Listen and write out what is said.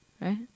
right